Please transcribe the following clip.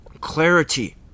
clarity